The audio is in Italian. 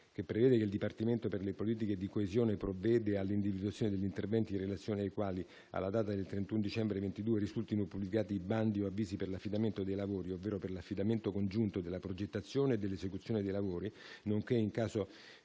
3, prevede che il Dipartimento per le politiche di coesione provveda all'individuazione degli interventi in relazione ai quali, alla data del 31 dicembre 2022, risultino pubblicati bandi o avvisi per l'affidamento dei lavori, ovvero per l'affidamento congiunto della progettazione e dell'esecuzione dei lavori, nonché, in caso